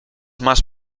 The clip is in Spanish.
más